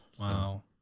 Wow